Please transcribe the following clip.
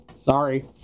Sorry